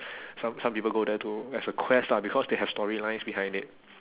some some people go there to as a quest lah because they have storylines behind it